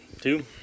Two